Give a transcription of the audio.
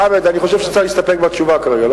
חמד, אני חושב שצריך להסתפק בתשובה כרגע.